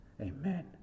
Amen